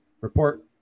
report